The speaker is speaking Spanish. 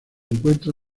encuentra